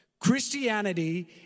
Christianity